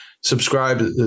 subscribe